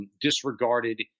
disregarded